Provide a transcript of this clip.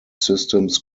systems